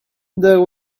there